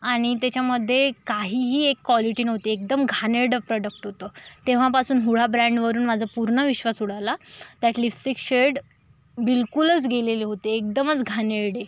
आणि त्याच्यामध्ये काहीही एक क्वालिटी नव्हती एकदम घाणेरडं प्रॉडक्ट होतं तेव्हापासून हूडा ब्रॅंडवरून माझा पूर्ण विश्वास उडाला त्यातले सिक्स शेड बिलकुलच गेलेले होते एकदमच घाणेरडे